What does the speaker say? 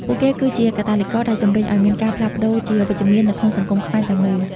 ពួកគេគឺជា "កាតាលីករ" ដែលជម្រុញឱ្យមានការផ្លាស់ប្តូរជាវិជ្ជមាននៅក្នុងសង្គមខ្មែរទាំងមូល។